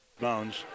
bounds